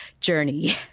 journey